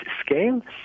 scale